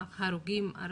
הרוגים,